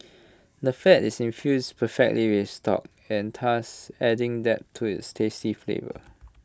the fat is infused perfectly with stock and thus adding depth to its tasty flavour